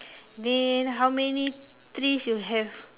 then how many trees you have